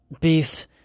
beast